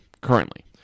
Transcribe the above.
currently